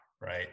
right